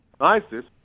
ISIS